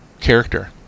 character